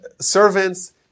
servants